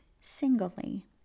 singly